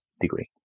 degree